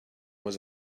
was